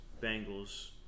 Bengals